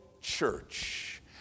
church